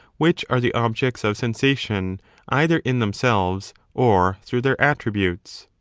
which are the objects of sensation either in themselves or through their attributes.